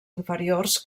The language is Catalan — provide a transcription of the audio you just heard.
inferiors